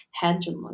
hegemony